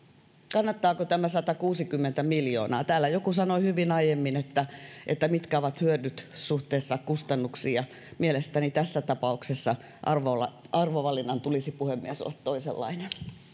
kannattaako tämä satakuusikymmentä miljoonaa täällä joku sanoi hyvin aiemmin että mitkä ovat hyödyt suhteessa kustannuksiin ja mielestäni tässä tapauksessa arvovalinnan tulisi puhemies olla toisenlainen